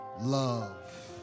love